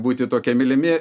būti tokie mylimi